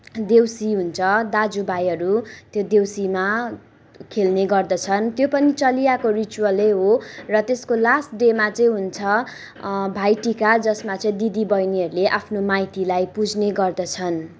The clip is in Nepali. देउसी हुन्छ दाजुभाइहरू त्यो देउसीमा खेल्ने गर्दछन् त्यो पनि चलिआएको रिचुअल नै हो र त्यसको लास्ट डेमा चाहिँ हुन्छ भाइटिका जसमा चाहिँ दिदीबहिनीहरूले आफ्नो माइतीलाई पुज्ने गर्दछन्